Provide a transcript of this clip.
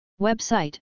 Website